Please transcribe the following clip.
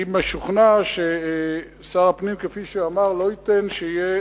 אני משוכנע ששר הפנים, כפי שאמר, לא ייתן שתהיה